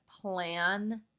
plan